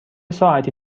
ساعتی